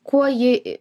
kuo ji